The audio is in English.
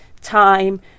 time